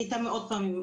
מאות פעמים.